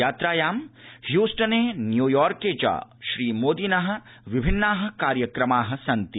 यात्रायामेतस्यां द्यस्टने न्यूयॉर्के च श्रीमोदिनः विभिन्नाः कार्यक्रमाः सन्ति